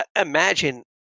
imagine